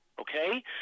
okay